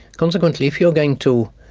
consequently, if you are going to,